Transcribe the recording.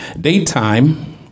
Daytime